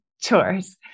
chores